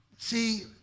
See